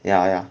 ya ya